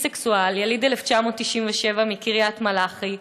ביסקסואל, יליד 1997, מקריית-מלאכי.